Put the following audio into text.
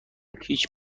هیچ